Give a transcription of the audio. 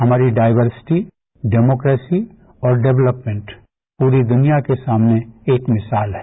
हमारी diversity democracy और development पूरी दुनिया के सामने एक मिसाल है